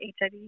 HIV